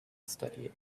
study